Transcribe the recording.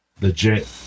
legit